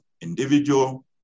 individual